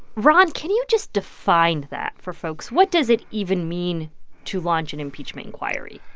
ron, can you just define that for folks? what does it even mean to launch an impeachment inquiry?